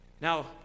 Now